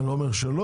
אני לא אומר שלא,